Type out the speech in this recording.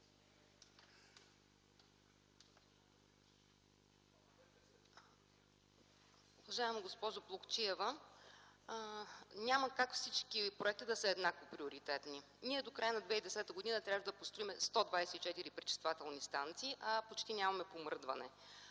Уважаема госпожо Плугчиева, няма как всички проекти да са еднакво приоритетни. Ние до края на 2010 г. трябва да построим 124 пречиствателни станции, а почти нямаме помръдване.